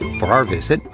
for our visit,